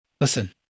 listen